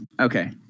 Okay